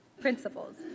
principles